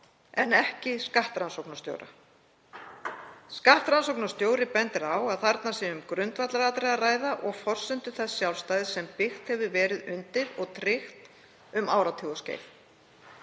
en ekki skattrannsóknarstjóra. Skattrannsóknarstjóri bendir á að þarna sé um grundvallaratriði að ræða og forsendu þess sjálfstæðis sem byggt hefur verið undir og tryggt um áratugaskeið.